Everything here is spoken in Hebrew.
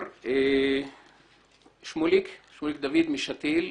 שמואל דוד משתי"ל.